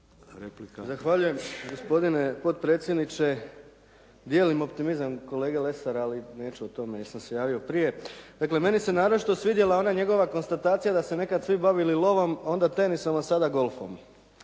Zahvaljujem gospodine potpredsjedniče. Dijelim optimizam kolege Lesara, ali neću o tome jer sam se javio prije. Dakle meni se naročito svidjela ona njegova konstatacija da su se nekada svi bavili lovom, onda tenisom, a sada golfom